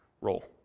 role